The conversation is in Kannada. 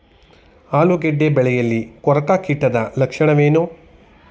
ಆಲೂಗೆಡ್ಡೆ ಬೆಳೆಯಲ್ಲಿ ಕೊರಕ ಕೀಟದ ಲಕ್ಷಣವೇನು?